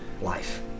life